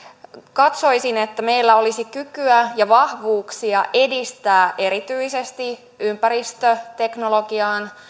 katsoisin että meillä olisi kykyä ja vahvuuksia edistää erityisesti ympäristöteknologiaan